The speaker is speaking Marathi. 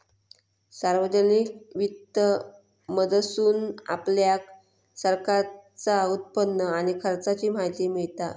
सार्वजनिक वित्त मधसून आपल्याक सरकारचा उत्पन्न आणि खर्चाची माहिती मिळता